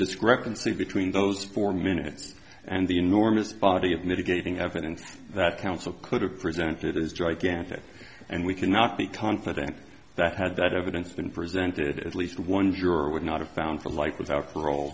discrepancy between those four minutes and the enormous body of mitigating evidence that counsel could have presented is gigantic and we cannot be confident that had that evidence been presented at least one juror would not have found a life without parole